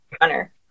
runner